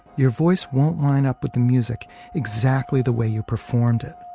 your voice won't line up with the music exactly the way you performed it.